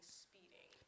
speeding